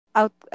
out